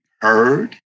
heard